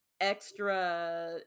extra